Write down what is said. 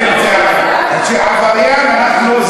ואם זה עבריין, מה?